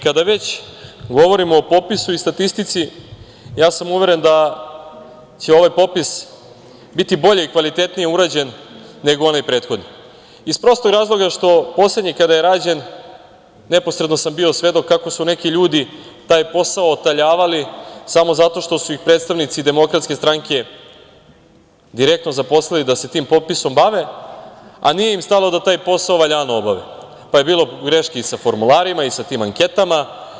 Kada već govorimo o popisu i statistici, ja sam uveren da će ovaj popis biti bolje i kvalitetnije urađen nego onaj prethodni iz prostog razloga što poslednji kada je rađen neposredno sam bio svedok kako su neki ljudi taj posao otaljavali samo zato što su ih predstavnici Demokratske stranke direktno zaposlili da se tim popisom bave, a nije im stalo da taj posao valjano obave, pa je bilo grešaka i sa formularima i sa tim anketama.